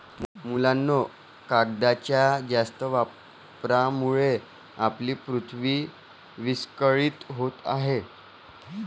मुलांनो, कागदाच्या जास्त वापरामुळे आपली पृथ्वी विस्कळीत होत आहे